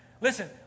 Listen